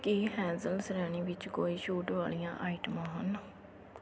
ਕੀ hazel ਸ਼੍ਰੇਣੀ ਵਿੱਚ ਕੋਈ ਛੂਟ ਵਾਲੀਆਂ ਆਈਟਮਾਂ ਹਨ